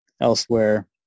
elsewhere